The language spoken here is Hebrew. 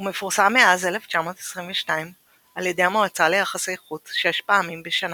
הוא מפורסם מאז 1922 על ידי המועצה ליחסי חוץ שש פעמים בשנה.